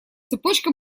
цепочка